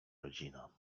rodzina